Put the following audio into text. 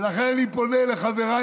לכן אני פונה אל חבריי